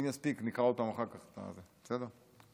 אם נספיק נקרא אחר כך שוב, בסדר?